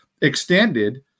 extended –